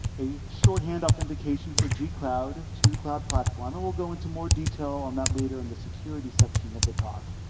a shorthand authentication for g cloud to the cloud platform, and we'll go into more detail on that later in the security section of the talk.